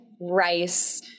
rice